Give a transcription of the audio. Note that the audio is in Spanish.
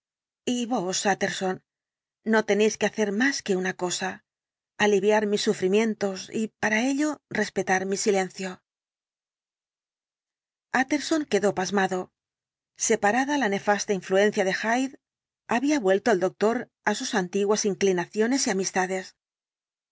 no tenéis que hacer más que una cosa aliviar mis sufrimientos y para ello respetar mi silencio utterson quedó pasmado separada la nefasta influencia de hyde había vuelto el dr jekyll el doctor á sus antiguas inclinaciones y amistades